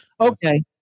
Okay